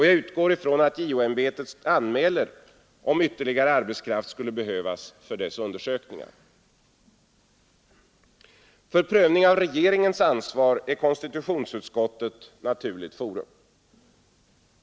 Jag utgår från att JO-ämbetet anmäler om ytterligare arbetskraft skulle behövas för undersökningarna. För prövning av regeringens ansvar är konstitutionsutskottet naturligt forum.